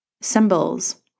symbols